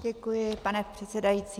Děkuji, pane předsedající.